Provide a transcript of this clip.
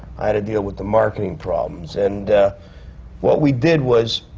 i had to deal with the marketing problems and what we did was,